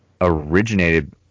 originated